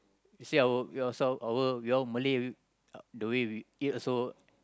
you see our yourself our we all Malay we the way we eat also